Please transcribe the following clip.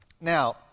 Now